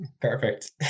Perfect